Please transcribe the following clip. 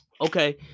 Okay